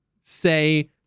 say